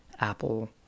apple